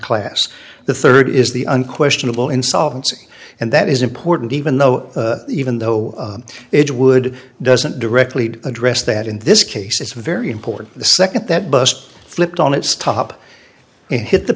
class the third is the unquestionable insolvency and that is important even though even though it would doesn't directly address that in this case it's very important the second that bus flipped on its top and hit the